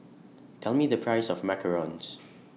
Tell Me The Price of Macarons